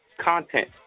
content